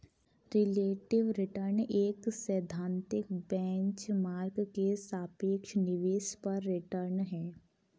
relative return एक सैद्धांतिक benchmark के सापेक्ष निवेश पर रिटर्न है